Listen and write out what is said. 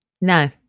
No